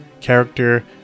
character